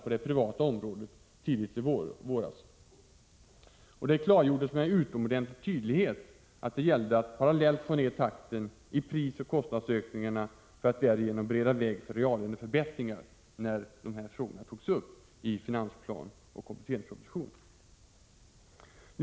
Förutsättningarna för att avtal snabbt skulle kunna träffas på det offentliga området underlättades av den lösning som, visserligen inte utan svårigheter, växte fram på det privata området tidigt i våras.